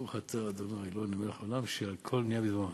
ברוך אתה ה' אלוהינו מלך העולם שהכול נהיה בדברו.